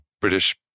British